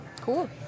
Cool